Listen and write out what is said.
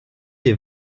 des